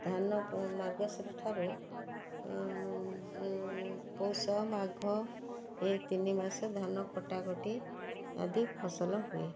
ଧାନ ମାର୍ଗଶିର ଠାରୁ ପୌଷ ମାଘ ଏ ତିନିମାସ ଧାନ କଟାକଟି ଆଦି ଫସଲ ହୁଏ